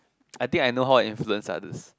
I think I know how I influence others